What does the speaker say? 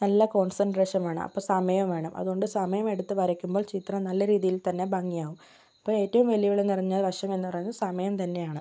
നല്ല കോൺസെൻട്രേഷൻ വേണം അപ്പം സമയവിയും വേണം അതുകൊണ്ട് സമയം എടുത്ത് വരയ്ക്കുമ്പോൾ ചിത്രങ്ങൾ നല്ല രീതിയിൽ തന്നെ ഭംഗിയാകും ഇപ്പോൾ ഏറ്റവും വെല്ലുവിളി നിറഞ്ഞ വശം എന്ന് പറയുന്നത് സമയം തന്നെയാണ്